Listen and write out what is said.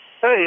hey